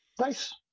nice